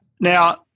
Now